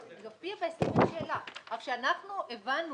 זה הופיע בהסכם אלא שאנחנו הבנו